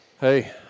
hey